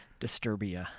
Disturbia